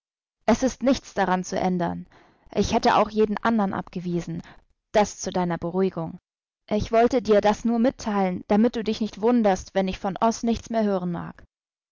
es ist nichts daran zu ändern ich hätte auch jeden andern abgewiesen das zu deiner beruhigung ich wollte dir das nur mitteilen damit du dich nicht wunderst wenn ich von oß nichts mehr hören mag